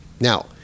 Now